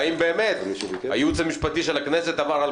ואם באמת הייעוץ המשפטי של הכנסת עבר על